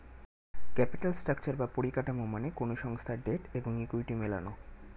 capital structure বা পরিকাঠামো মানে কোনো সংস্থার ডেট এবং ইকুইটি মেলানো